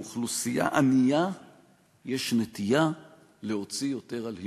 לאוכלוסייה ענייה יש נטייה להוציא יותר על הימורים.